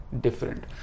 different